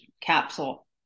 capsule